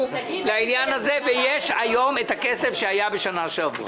לעניין הזה ויש היום הכסף שהיה בשנה שעברה.